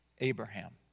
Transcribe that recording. Abraham